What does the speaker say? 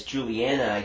Juliana